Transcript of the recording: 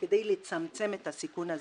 כדי לצמצם את הסיכון הזה.